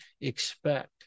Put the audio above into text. expect